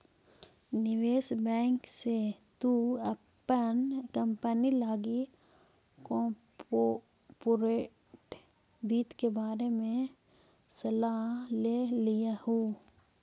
निवेश बैंक से तु अपन कंपनी लागी कॉर्पोरेट वित्त के बारे में सलाह ले लियहू